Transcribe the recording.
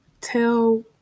tell